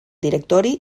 directori